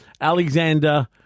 Alexander